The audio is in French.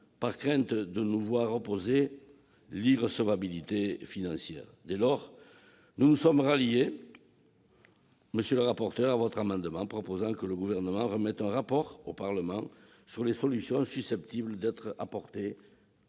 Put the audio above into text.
de crainte de se voir opposer l'irrecevabilité financière. Dès lors, nous nous sommes ralliés, monsieur le rapporteur, à l'amendement par lequel vous proposiez que le Gouvernement remette un rapport au Parlement sur les solutions susceptibles d'être apportées